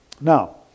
Now